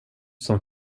som